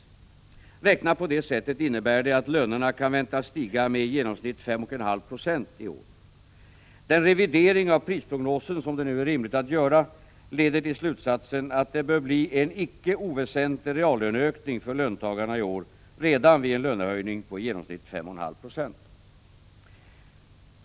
Beräknat på det sättet innebär det att lönerna kan väntas stiga med i genomsnitt 5,5 20 i år. Den revidering av prisprognosen som det nu är rimligt att göra leder till slutsatsen att det bör bli en icke oväsentlig reallöneökning för löntagarna i år redan vid en lönehöjning på i genomsnitt 5,5 20.